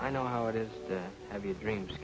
i know how it is to have your dreams